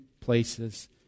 places